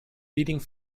leading